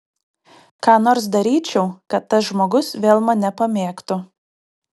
ką nors daryčiau kad tas žmogus vėl mane pamėgtų